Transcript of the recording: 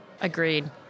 Agreed